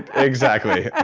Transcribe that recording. exactly.